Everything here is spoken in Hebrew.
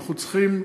אנחנו צריכים,